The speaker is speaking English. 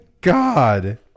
God